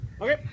Okay